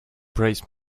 braced